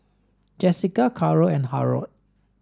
Jesica Karol and Harold